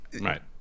Right